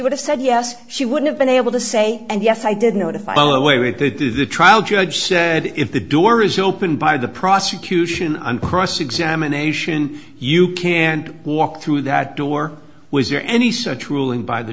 would have said yes she would have been able to say and yes i did notify the way we did this the trial judge said if the door is opened by the prosecution on cross examination you can't walk through that door was there any such ruling by the